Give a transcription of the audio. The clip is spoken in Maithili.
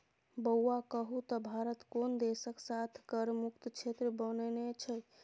बौआ कहु त भारत कोन देशक साथ कर मुक्त क्षेत्र बनेने छै?